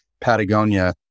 Patagonia